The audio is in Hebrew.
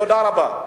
תודה רבה.